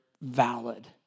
valid